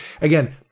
again